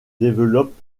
développe